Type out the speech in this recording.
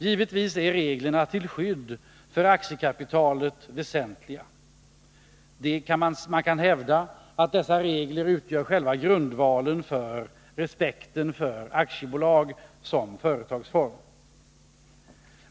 Givetvis är reglerna till skydd för aktiekapitalet väsentliga. Man kan hävda att dessa regler utgör själva grundvalen för respekten för aktiebolag som företagsform.